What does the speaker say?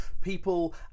people